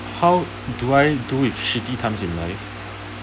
how do I do with shitty time in life